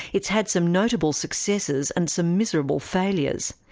it's had some notable successes and some miserable failures.